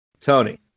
Tony